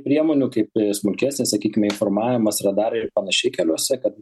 priemonių kaip smukesnės sakykime informavimas radarai ir panašiai keliuose kad